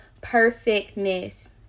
perfectness